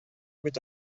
бит